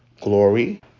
glory